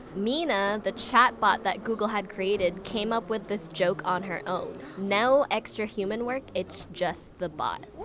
mina, the chatbot that google had created, came up with this joke on her own. no extra human work. it's just the bot.